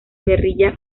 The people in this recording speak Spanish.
guerrilla